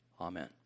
Amen